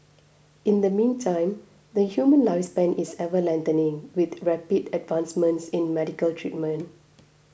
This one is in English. in the meantime the human lifespan is ever lengthening with rapid advancements in medical treatment